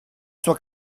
sua